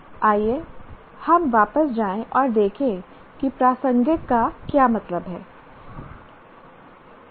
आइए हम वापस जाएं और देखें कि प्रासंगिक का क्या मतलब है